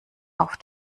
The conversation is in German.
auf